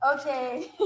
Okay